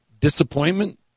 Disappointment